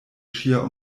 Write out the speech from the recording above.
ŝia